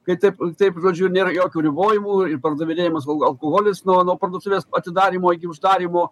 kai taip taip žodžiu nėra jokių ribojimų ir pardavinėjamas alkoholis nuo nuo parduotuvės atidarymo iki uždarymo